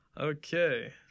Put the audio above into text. Okay